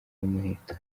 umuheto